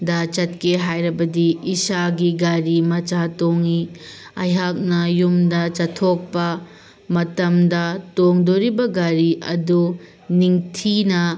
ꯗ ꯆꯠꯀꯦ ꯍꯥꯏꯔꯕꯗꯤ ꯏꯁꯥꯒꯤ ꯒꯥꯔꯤ ꯃꯆꯥ ꯇꯣꯡꯉꯤ ꯑꯩꯍꯥꯛꯅ ꯌꯨꯝꯗ ꯆꯠꯊꯣꯛꯄ ꯃꯇꯝꯗ ꯇꯣꯡꯗꯣꯔꯤꯕ ꯒꯥꯔꯤ ꯑꯗꯨ ꯅꯤꯡꯊꯤꯅ